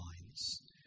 minds